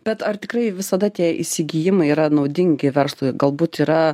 bet ar tikrai visada tie įsigijimai yra naudingi verslui galbūt yra